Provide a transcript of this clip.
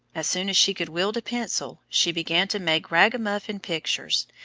as soon as she could wield a pencil, she began to make ragamuffin pictures,